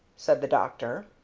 said the doctor.